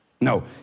no